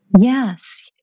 Yes